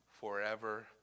forever